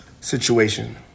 situation